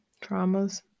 Traumas